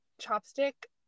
Chopstick